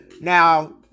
Now